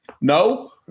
No